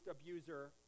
abuser